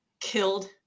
killed